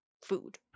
food